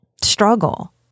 struggle